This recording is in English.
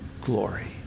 glory